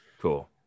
Cool